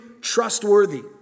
trustworthy